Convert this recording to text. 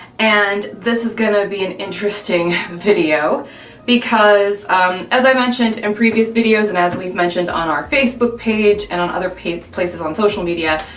and this is gonna be an interesting video because as i mentioned in previous videos and as we've mentioned on our facebook page and on other places on social media,